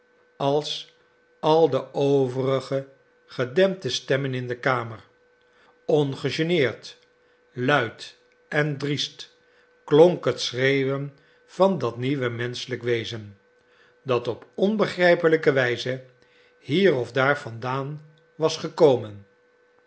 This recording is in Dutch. als al de overige gedempte stemmen in de kamer ongegeneerd luid en driest klonk het schreeuwen van dat nieuwe menschelijk wezen dat op onbegrijpelijke wijze hier of daar vandaan was gekomen